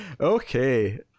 okay